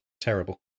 terrible